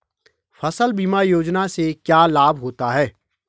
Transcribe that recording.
फसल बीमा योजना से क्या लाभ होता है?